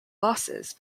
losses